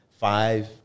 five